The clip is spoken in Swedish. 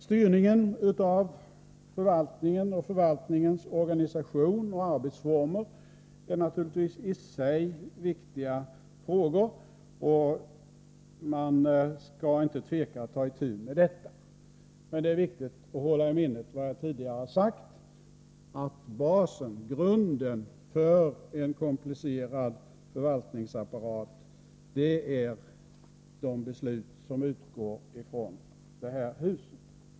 Styrningen av förvaltningen och förvaltningens organisation och arbetsformer är naturligtvis i sig viktiga frågor, och man skall inte tveka att ta itu med dem. Men det är viktigt att hålla i minnet vad jag tidigare har sagt, nämligen att grunden för en komplicerad förvaltningsapparat är de beslut som utgår från detta hus.